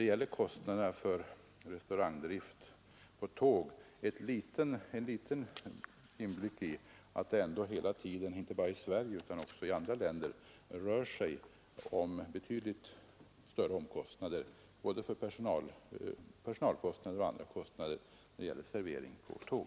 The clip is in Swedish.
Men de ger ändå en liten inblick i att det inte bara i Sverige utan också i andra länder rör sig om betydligt större omkostnader — både personalkostnader och andra kostnader — när det gäller servering på tåg.